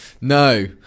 No